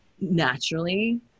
naturally